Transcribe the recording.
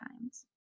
times